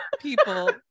People